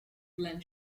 glen